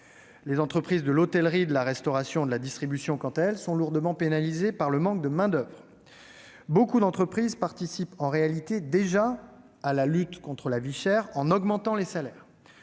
Les entreprises de l'hôtellerie, de la restauration, de la distribution sont lourdement pénalisées par le manque de main-d'oeuvre. Nombre d'entreprises participent en réalité déjà à la lutte contre l'inflation en augmentant les salaires.